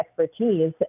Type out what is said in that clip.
expertise